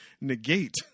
negate